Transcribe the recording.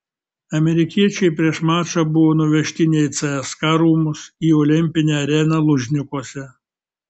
amerikiečiai prieš mačą buvo nuvežti ne į cska rūmus į olimpinę areną lužnikuose